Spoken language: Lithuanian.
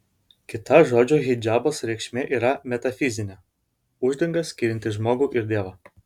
kita žodžio hidžabas reikšmė yra metafizinė uždanga skirianti žmogų ir dievą